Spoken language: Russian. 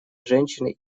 женщины